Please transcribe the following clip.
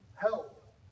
help